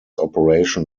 operation